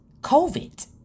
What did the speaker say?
COVID